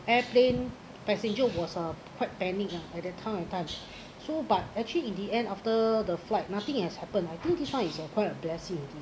airplane passenger was uh quite panicked ah at the time of time so but actually in the end after the flight nothing has happen I think this [one] is uh quite a blessing